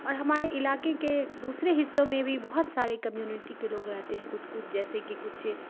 اور ہمارے علاقے کے دوسرے حصوں میں بھی بہت سارے کمیونٹی کے لوگ رہتے ہیں کچھ کچھ جیسے کہ کچھ